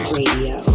Radio